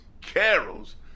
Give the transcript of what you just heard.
Carols